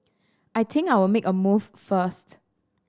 I think I'll make a move first